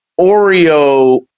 Oreo